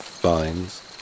vines